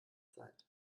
zeit